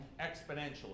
exponentially